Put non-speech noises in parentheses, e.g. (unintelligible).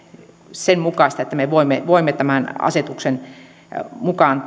sen mukaista että me voimme voimme tämän asetuksen mukaan (unintelligible)